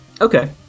Okay